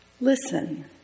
Listen